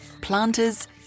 planters